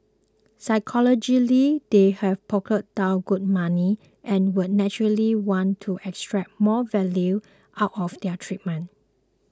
psychologically they've plonked down good money and would naturally want to extract more value out of their treatment